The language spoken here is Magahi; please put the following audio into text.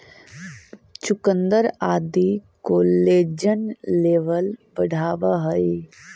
चुकुन्दर आदि कोलेजन लेवल बढ़ावऽ हई